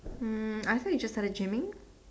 um I thought you just started gymming